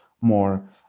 more